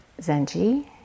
Zenji